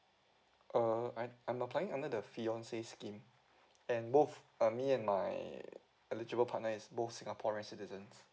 err I I'm applying under the fiancé scheme and both uh me and my eligible partner is both singaporean citizens